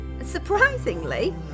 surprisingly